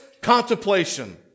contemplation